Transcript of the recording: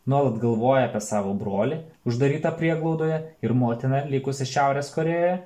nuolat galvoja apie savo brolį uždarytą prieglaudoje ir motiną likusią šiaurės korėjoje